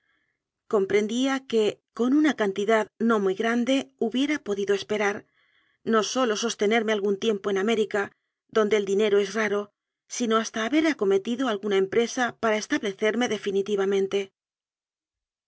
comprendía que con una cantidad no muy gran de hubiera podido esperar no sólo sostenerme algún tiempo en américa donde el dinero es raro sino hasta haber acometido alguna empresa para establecerme definitivamente